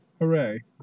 Hooray